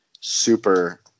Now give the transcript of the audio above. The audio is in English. super